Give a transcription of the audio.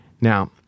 Now